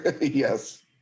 Yes